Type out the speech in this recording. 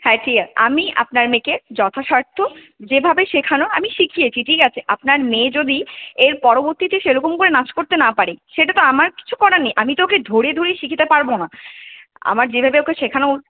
হ্যাঁ ঠিক আ আমি আপনার মেয়েকে যথাসাধ্য যেভাবে শেখানোর আমি শিখিয়েছি ঠিক আছে আপনার মেয়ে যদি এর পরবর্তীতে সেরকম করে নাচ করতে না পারে সেটা তো আমার কিছু করার নেই আমি তো ওকে ধরে ধরে শিখিতে পারবো না আমার যেভাবে ওকে শেখানোর